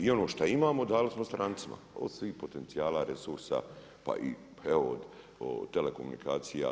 I ono šta imamo dali smo strancima od svih potencijala, resursa pa evo i telekomunikacija.